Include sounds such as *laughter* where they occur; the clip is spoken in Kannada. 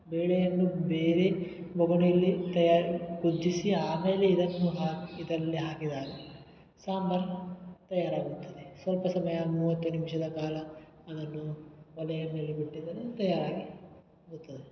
ಬೇಳೆಯನ್ನು ಬೇರೆ ಬೊಗಣೆಯಲ್ಲಿ ತಯಾರಿ ಕುದಿಸಿ ಆಮೇಲೆ ಇದನ್ನು ಹಾಕಿ ಇದನ್ನು ಹಾಕಿದಾಗ ಸಾಂಬಾರು ತಯಾರಾಗುತ್ತದೆ ಸ್ವಲ್ಪ ಸಮಯ ಮೂವತ್ತು ನಿಮಿಷದ ಕಾಲ ಅದನ್ನು ಒಲೆಯಲ್ಲಿ *unintelligible* ತಯಾರಾಗಿ ಆಗುತ್ತದೆ